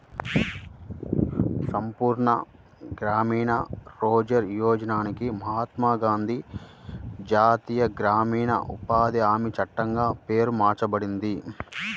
సంపూర్ణ గ్రామీణ రోజ్గార్ యోజనకి మహాత్మా గాంధీ జాతీయ గ్రామీణ ఉపాధి హామీ చట్టంగా పేరు మార్చబడింది